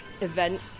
event